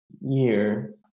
year